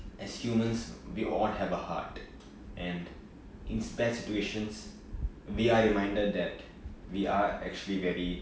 as humans we all have a heart and in s~ bad situations we are reminded that we are actually very